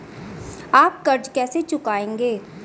आप कर्ज कैसे चुकाएंगे?